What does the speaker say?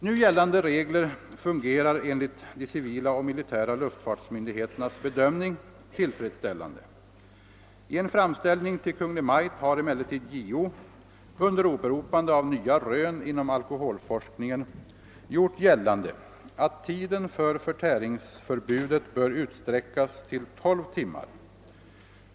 Nu gällande regler fungerar enligt de civila och militära luftfartsmyndigheternas bedömning tillfredsställande. I en framställning till Kungl. Maj:t har emellertid JO under åberopande av nya rön inom alkoholforskningen gjort gällande, att tiden för förtäringsförbudet bör utsträckas till tolv timmar.